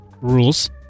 rules